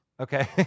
Okay